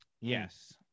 Yes